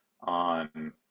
on